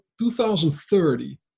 2030